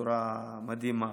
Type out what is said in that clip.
בצורה מדהימה.